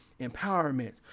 empowerment